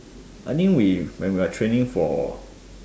I think we when we were training for